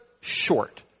short